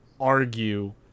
argue